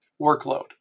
workload